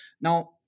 Now